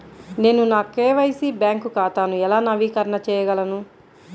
నేను నా KYC bank ఖాతాను ఎలా నవీకరణ చేయగలను?